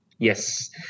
Yes